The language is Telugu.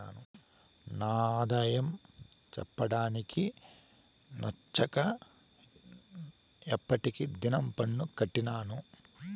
నా ఆదాయం చెప్పడానికి నచ్చక ఎప్పటి దినం పన్ను కట్టినాను